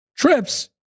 Trips